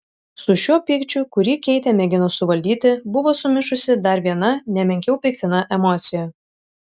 su šiuo pykčiu kurį keitė mėgino suvaldyti buvo sumišusi dar viena ne menkiau peiktina emocija